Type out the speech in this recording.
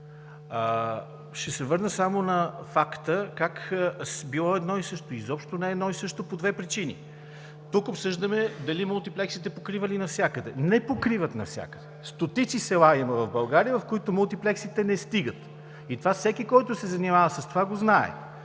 Ще се върна само на факта как било едно и също – изобщо не е едно и също по две причини. Тук обсъждаме дали мултиплексите покривали навсякъде – не покриват навсякъде! Стотици села има в България, в които мултиплексите не стигат, и това го знае всеки, който се занимава с това. Друг е